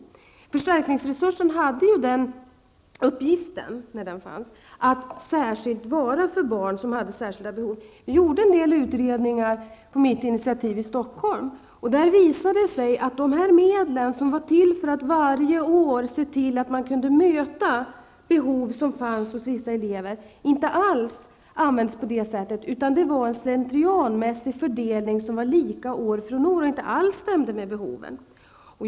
Den förstärkningsresurs som tidigare fanns hade uppgiften att vara till för barn med särskilda behov. Vi gjorde i Stockholm på mitt initiativ en del utredningar, och det visade sig då att förstärkningsresursen, som var till för att man varje år skulle kunna möta de behov som fanns hos vissa elever, inte alls användes på det sättet. Det gjordes i stället en slentrianmässig fördelning, likadan år för år, och denna stämde inte alls med behoven.